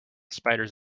spiders